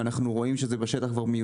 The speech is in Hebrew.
אנחנו רואים שזה מיושם כבר בשטח.